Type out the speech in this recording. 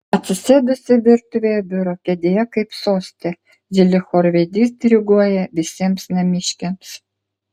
atsisėdusi virtuvėje biuro kėdėje kaip soste ji lyg chorvedys diriguoja visiems namiškiams